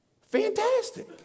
Fantastic